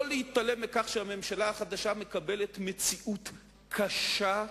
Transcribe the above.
לא להתעלם מכך שהממשלה החדשה מקבלת מציאות קשה,